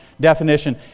definition